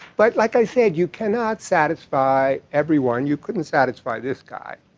but like i said, you cannot satisfy everyone. you couldn't satisfy this guy.